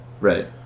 Right